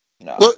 No